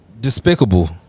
despicable